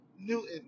Newton